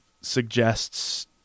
suggests